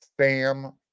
Sam